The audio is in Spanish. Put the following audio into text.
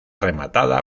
rematada